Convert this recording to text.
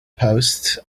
post